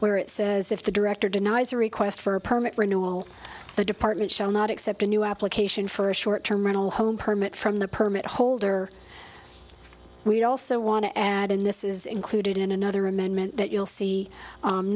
where it says if the director denies a request for a permit renewal the department shall not accept a new application for a short term rental home permit from the permit holder we'd also want to add in this is included in another amendment that you'll see